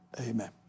amen